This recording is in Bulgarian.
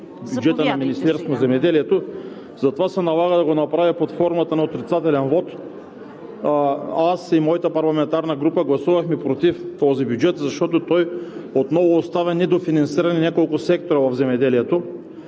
Заповядайте сега. БЮРХАН АБАЗОВ: …затова се налага да го направя под формата на отрицателен вот. Аз и моята парламентарна група гласувахме против този бюджет, защото той отново оставя недофинансирани няколко сектора в земеделието.